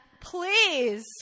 Please